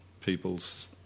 people's